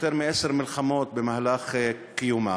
יותר מעשר מלחמות במהלך קיומה,